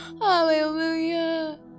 hallelujah